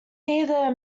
near